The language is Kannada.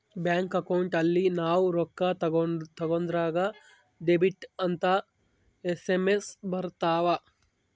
ಬ್ಯಾಂಕ್ ಅಕೌಂಟ್ ಅಲ್ಲಿ ನಾವ್ ರೊಕ್ಕ ತಕ್ಕೊಂದ್ರ ಡೆಬಿಟೆಡ್ ಅಂತ ಎಸ್.ಎಮ್.ಎಸ್ ಬರತವ